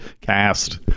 cast